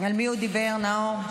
על מי הוא דיבר, נאור?